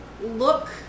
look